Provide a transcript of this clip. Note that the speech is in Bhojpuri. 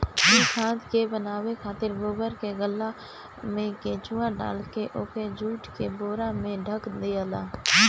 इ खाद के बनावे खातिर गोबर के गल्ला में केचुआ डालके ओके जुट के बोरा से ढक दियाला